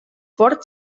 port